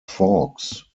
forks